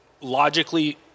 logically